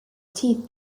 teeth